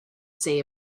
say